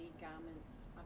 garments